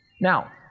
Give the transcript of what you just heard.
Now